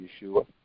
Yeshua